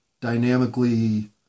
dynamically